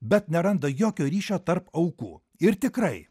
bet neranda jokio ryšio tarp aukų ir tikrai